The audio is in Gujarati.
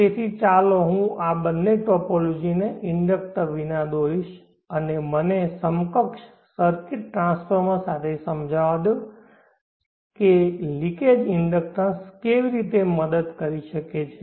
તેથી ચાલો હું આ બંને ટોપોલોજીને ઇન્ડકક્ટર વિના દોરીશ અને મને સમકક્ષ સર્કિટ ટ્રાન્સફોર્મર સાથે સમજાવવા દો કે લિકેજ ઇન્ડક્ટન્સ કેવી રીતે મદદ કરી શકે છે